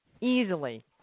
easily